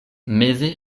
meze